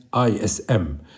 ISM